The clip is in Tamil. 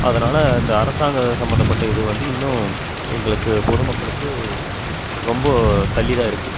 அதனால் இந்த அரசாங்கம் சம்மந்தப்பட்ட இது வந்து இன்னும் எங்களுக்கு பொதுமக்களுக்கு ரொம்ப தள்ளிதான் இருக்குது